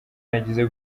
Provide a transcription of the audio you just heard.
nagize